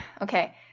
okay